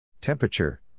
Temperature